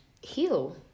heal